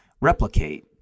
replicate